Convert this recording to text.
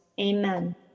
Amen